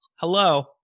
Hello